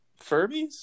Furbies